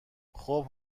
خوب